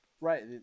Right